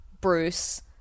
Bruce